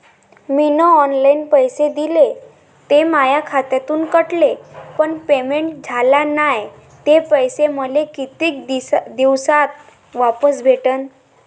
मीन online पैसे दिले, ते माया खात्यातून कटले, पण पेमेंट झाल नायं, ते पैसे मले कितीक दिवसात वापस भेटन?